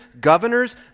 governors